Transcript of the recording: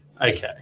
okay